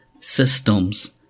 systems